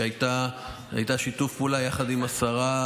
שהיה שיתוף פעולה יחד עם השרה,